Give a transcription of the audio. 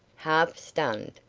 half stunned,